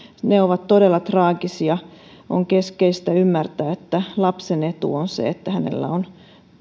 ne ovat todella traagisia on keskeistä ymmärtää että lapsen etu on se että hänellä on